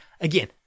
Again